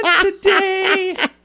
today